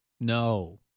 No